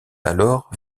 alors